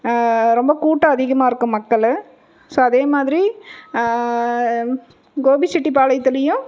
ரொம்ப கூட்டம் அதிகமாக இருக்கும் மக்களும் ஸோ அதே மாதிரி கோபிச்செட்டிப்பாளையத்திலையும்